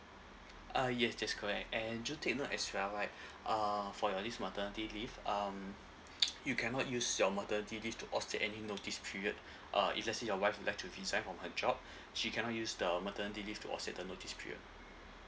uh yes that's correct and do take note as well right uh for your this maternity leave um you cannot use your maternity leave to offset any notice period uh it let's say your wife would like to resign from her job she cannot use the maternity leave to offset the notice period